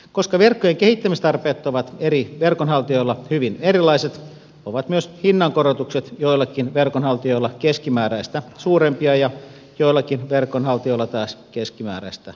koska verkkojen kehittämistarpeet ovat eri verkonhaltijoilla hyvin erilaiset ovat myös hinnankorotukset joillakin verkonhaltijoilla keskimääräistä suurempia ja joillakin verkonhaltijoilla taas keskimääräistä pienempiä